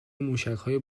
موشکهای